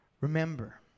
Remember